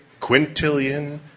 quintillion